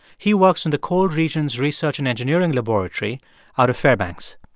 he works in the cold regions research and engineering laboratory out of fairbanks.